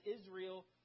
Israel